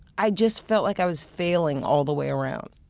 i just felt like i was failing all the way around,